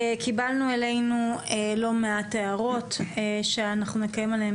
קיבלנו לא מעט הערות ונקיים עליהן